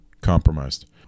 compromised